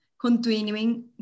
continuing